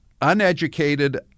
uneducated